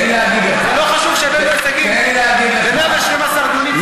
זה לא חשוב שהבאנו הישגים ב-112 דיונים?